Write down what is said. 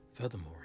furthermore